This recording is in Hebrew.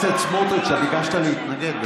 סמוטריץ', ביקשת להתנגד.